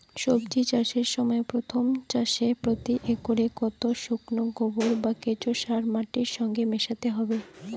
সবজি চাষের সময় প্রথম চাষে প্রতি একরে কতটা শুকনো গোবর বা কেঁচো সার মাটির সঙ্গে মেশাতে হবে?